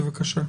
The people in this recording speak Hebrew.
בבקשה.